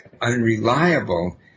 unreliable